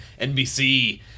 NBC